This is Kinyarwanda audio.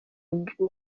ubwiza